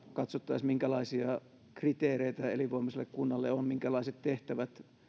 katsottaisiin minkälaisia kriteereitä elinvoimaiselle kunnalle on minkälaiset tehtävät